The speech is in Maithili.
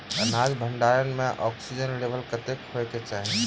अनाज भण्डारण म ऑक्सीजन लेवल कतेक होइ कऽ चाहि?